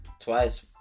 Twice